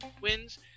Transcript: wins